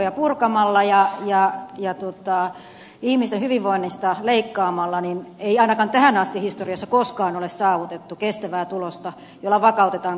turvaverkkoja purkamalla ja ihmisten hyvinvoinnista leikkaamalla ei ainakaan tähän asti historiassa koskaan ole saavutettu kestävää tulosta jolla vakautetaan kansakuntia